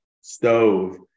stove